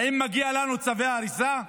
האם מגיע לנו צווי הריסה?